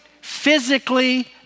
physically